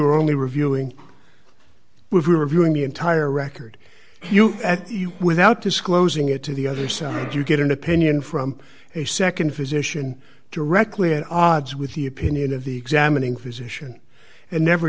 were only reviewing we're reviewing the entire record without disclosing it to the other side you get an opinion from a nd physician directly at odds with the opinion of the examining physician and never